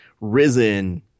Risen